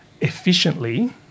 efficiently